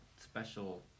special